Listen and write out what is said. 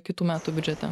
kitų metų biudžete